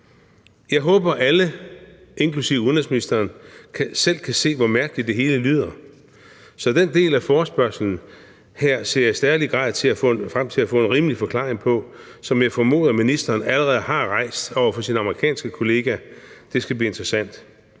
Jeg håber, alle, inklusive udenrigsministeren, selv kan se, hvor mærkeligt det hele lyder, så den del af forespørgslen ser jeg i særlig grad frem til at få en rimelig forklaring på, og jeg formoder, at ministeren allerede har rejst spørgsmålet over for sin amerikanske kollega. Det skal blive interessant.